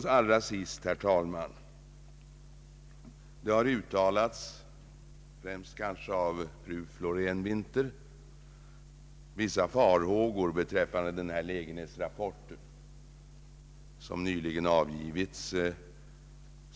Till sist, herr talman, en reflexion i anslutning till fru Florén-Winthers farhågor beträffande den lägesrapport som nyligen avgetts.